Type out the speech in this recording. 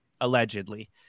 allegedly